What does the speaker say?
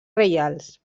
reials